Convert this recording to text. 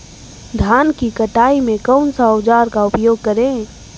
धान की कटाई में कौन सा औजार का उपयोग करे?